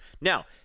Now